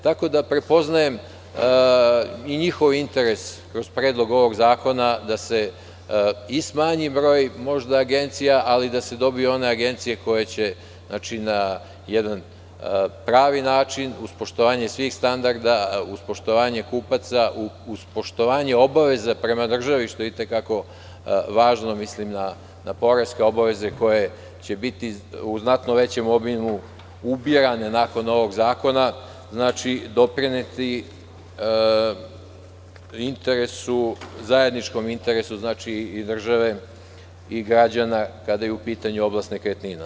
Tako da, prepoznajem i njihov interes kroz predlog ovog zakona, da se i smanji broj agencija, ali i da se dobiju one agencije koje će na jedan pravi način, uz poštovanje svih standarda, uz poštovanje kupaca, uz poštovanje obaveza prema državi, što je i te kako važno, mislim na poreske obaveze koje će biti u znatno većem obimu ubirane nakon ovog zakona, doprineti zajedničkom interesu države i građana kada je u pitanju oblast nekretnina.